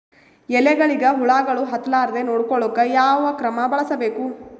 ಎಲೆಗಳಿಗ ಹುಳಾಗಳು ಹತಲಾರದೆ ನೊಡಕೊಳುಕ ಯಾವದ ಕ್ರಮ ಬಳಸಬೇಕು?